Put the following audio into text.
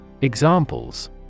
Examples